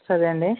సరే అండి